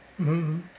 mmhmm